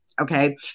okay